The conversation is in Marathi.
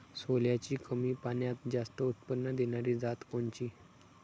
सोल्याची कमी पान्यात जास्त उत्पन्न देनारी जात कोनची?